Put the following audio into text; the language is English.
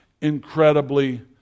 incredibly